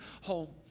home